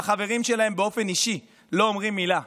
בחברים שלהם באופן אישי, לא אומרים מילה.